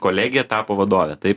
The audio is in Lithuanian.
kolegė tapo vadove taip